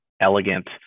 elegant